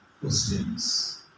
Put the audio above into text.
questions